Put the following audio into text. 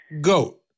Goat